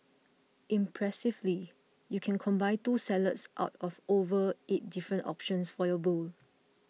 impressively you can combine two salads out of over eight different options for your bowl